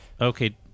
Okay